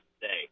today